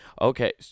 Okay